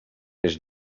més